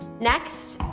next,